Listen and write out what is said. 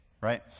right